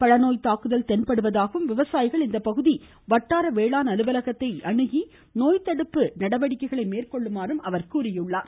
பழநோய் தாக்குதல் தென்படுவதாகவும் விவசாயிகள் இப்பகுதி வட்டார வேளாண் அலுவலகத்தை அணுகி நோய்த்தடுப்பு முறைகளை மேற்கொள்ளுமாறும் அவர் கூறியுள்ளார்